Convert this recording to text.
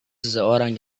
seseorang